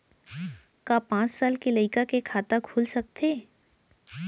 का पाँच साल के लइका के खाता खुल सकथे?